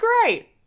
great